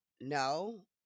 No